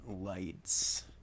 lights